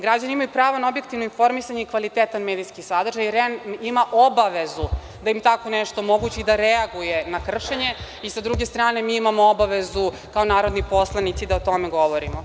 Građani imaju pravo na objektivno informisanje i kvalitetan medijski sadržaj i REM ima obavezu da im tako nešto omogući i da reaguje na kršenje i sa druge strane, mi imamo obavezu kao narodni poslanici, da o tome govorimo.